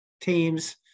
teams